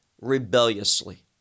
rebelliously